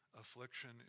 affliction